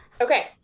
okay